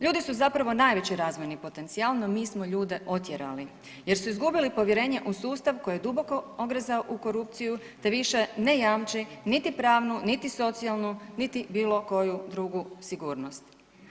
Ljudi su zapravo najveći razvojni potencijal, no mi smo ljude otjerali, jer su izgubili povjerenje u sustav koji je duboko ogrezao u korupciju, te više ne jamči niti pravnu, niti socijalnu, niti bilo koju drugu sigurnost.